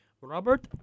Robert